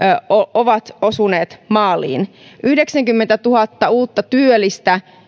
ovat osuneet maaliin yhdeksänkymmentätuhatta uutta työllistä